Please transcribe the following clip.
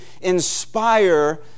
inspire